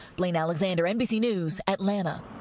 blayne alexander, nbc news, atlanta.